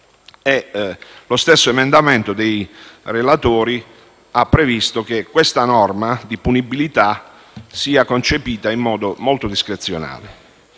Lo stesso emendamento dei relatori ha previsto che questa norma di punibilità sia concepita in modo molto discrezionale.